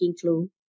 clue